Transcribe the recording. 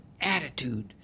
attitude